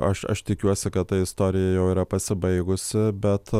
aš aš tikiuosi kad ta istorija jau yra pasibaigusi bet